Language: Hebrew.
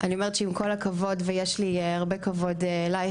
היו"ר, ויש לי הרבה כבוד אליך.